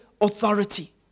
authority